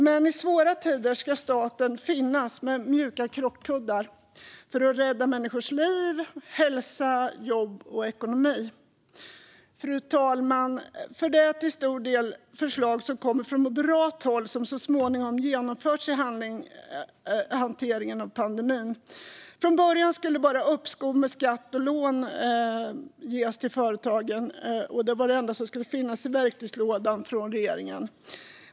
Men i svåra tider ska staten finnas med mjuka krockkuddar för att rädda människors liv, hälsa, jobb och ekonomi. Fru talman! Det är nämligen till stor del förslag som kommer från moderat håll som så småningom genomförts i hanteringen av pandemin. Från början skulle bara uppskov med skatt samt lån till företagen finnas med i verktygslådan från regeringen.